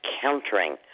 countering